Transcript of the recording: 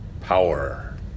power